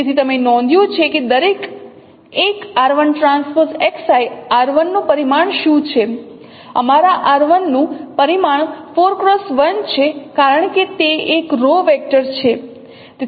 તેથી તમે નોંધ્યું છે કે દરેક એક r1TXi r1 નું પરિમાણ શું છે અમારા r1 નું પરિમાણ 4 x 1 છે કારણ કે તે એક રો વેક્ટર છે